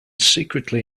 secretly